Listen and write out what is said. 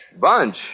Bunch